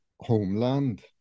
homeland